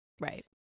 Right